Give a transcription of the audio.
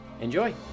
enjoy